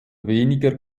weniger